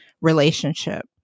relationship